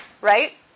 right